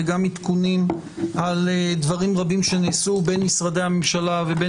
וגם עדכונים על דברים רבים שנעשו בין משרדי הממשלה ובין